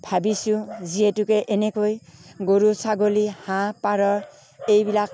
ভাবিছোঁ যিহেতুকে এনেকৈ গৰু ছাগলী হাঁহ পাৰ এইবিলাক